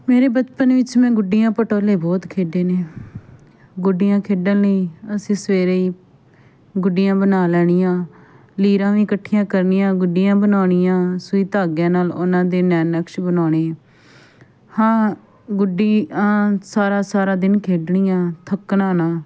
ਮੇਰੇ ਬਚਪਨ ਵਿੱਚ ਮੈਂ ਗੁੱਡੀਆਂ ਪਟੋਲੇ ਬਹੁਤ ਖੇਡੇ ਨੇ ਗੁੱਡੀਆਂ ਖੇਡਣ ਲਈ ਅਸੀਂ ਸਵੇਰੇ ਹੀ ਗੁੱਡੀਆਂ ਬਣਾ ਲੈਣੀਆਂ ਲੀਰਾਂ ਵੀ ਇਕੱਠੀਆਂ ਕਰਨੀਆਂ ਗੁੱਡੀਆਂ ਬਣਾਉਣੀਆਂ ਸੂਈ ਧਾਗਿਆਂ ਨਾਲ ਉਹਨਾਂ ਦੇ ਨੈਣ ਨਕਸ਼ ਬਣਾਉਣੇ ਹਾਂ ਗੁੱਡੀ ਸਾਰਾ ਸਾਰਾ ਦਿਨ ਖੇਡਣੀਆਂ ਥੱਕਣਾ ਨਾ